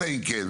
אלא אם כן,